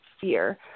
fear